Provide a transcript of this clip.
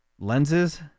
Lenses